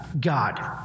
God